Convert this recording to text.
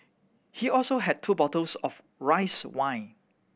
he also had two bottles of rice wine